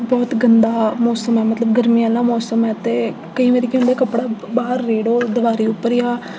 बहुत गंदा मौसम ऐ मतलब गर्मी आह्ला मौसम ऐ ते केईं बारी केह् होंदा कपड़ा बाह्र रेड़ो दवारी उप्पर जां